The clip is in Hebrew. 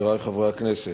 חברי חברי הכנסת,